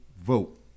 vote